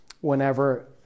whenever